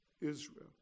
Israel